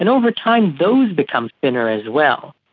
and over time those become thinner as well,